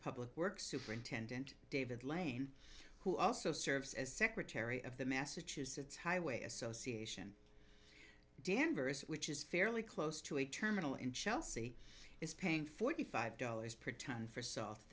public works superintendent david lane who also serves as secretary of the massachusetts highway association danvers which is fairly close to a terminal in chelsea is paying forty five dollars per tonne for s